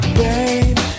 babe